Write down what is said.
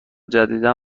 جدیدا